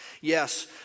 Yes